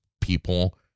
people